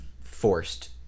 forced